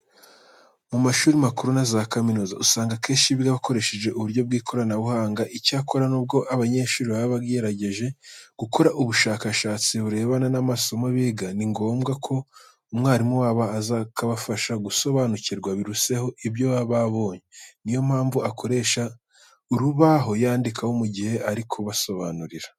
Mu mashuri makuru na za kaminuza, usanga akenshi biga bakoresheje uburyo bw'ikoranabuhanga. Icyakora nubwo abanyeshuri baba bagerageje gukora ubushakashatsi burebana n'amasomo biga, ni ngombwa ko umwarimu wabo aza akabafasha gusobanukirwa biruseho ibyo baba babonye. Niyo mpamvu akoresha urubaho yandikaho mu gihe ari kubasobanurira.